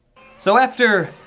so, after.